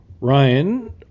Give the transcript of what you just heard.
Ryan